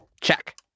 Check